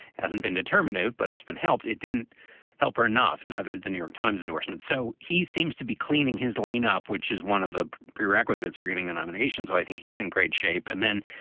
hasn't been determinative but it's been helped. it didn't help her enough. neither did the new york times endorsement. so he seems to be cleaning his lane up, which is one of the prerequisites for getting the nomination. so i think he's in great shape. and then,